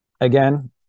again